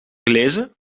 gelezen